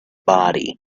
body